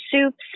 soups